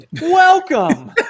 Welcome